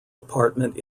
department